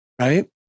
Right